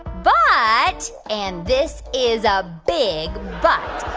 but and this is a big but.